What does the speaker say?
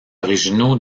originaux